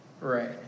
Right